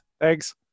Thanks